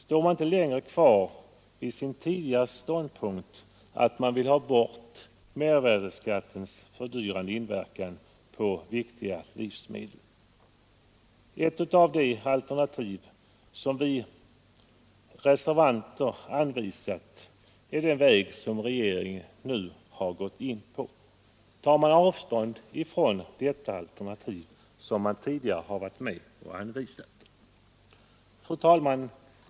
Står man inte längre kvar på sin tidigare ståndpunkt, att man vill ha bort mervärdeskattens fördyrande inverkan på viktiga livsmedel? Ett av de alternativ som vi reservanter har anvisat är den väg som regeringen nu har slagit in på. Tar man avstånd från detta alternativ som man tidigare har varit med och anvisat? Fru talman!